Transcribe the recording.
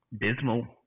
Dismal